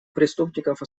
преступников